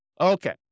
Okay